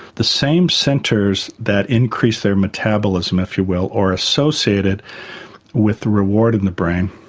the same centres that increase their metabolism, if you will, or associate it with reward in the brain,